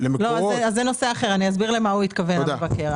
זה נושא אחר, ואני אסביר למה התכוון המבקר.